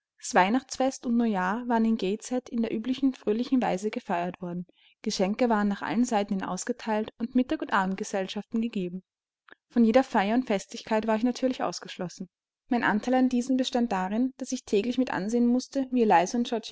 weihnachtsfest und neujahr waren in gateshead in der üblichen fröhlichen weise gefeiert worden geschenke waren nach allen seiten hin ausgeteilt und mittag und abendgesellschaften gegeben von jeder feier und festlichkeit war ich natürlich ausgeschlossen mein anteil an diesen bestand darin daß ich täglich mit ansehen mußte wie